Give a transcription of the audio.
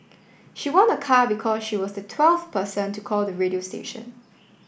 she won a car because she was the twelfth person to call the radio station